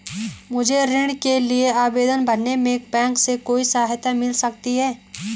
मुझे ऋण के लिए आवेदन भरने में बैंक से कोई सहायता मिल सकती है?